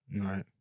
Right